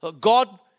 God